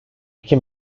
iki